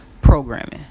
programming